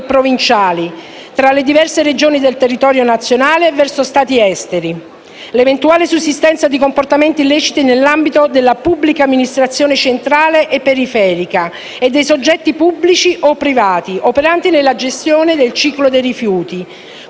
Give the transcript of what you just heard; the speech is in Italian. provinciali, tra le diverse Regioni del territorio nazionale e verso Stati esteri; l'eventuale sussistenza di comportamenti illeciti nell'ambito della pubblica amministrazione centrale e periferica e dei soggetti pubblici o privati operanti nella gestione del ciclo dei rifiuti,